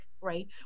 right